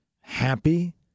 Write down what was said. happy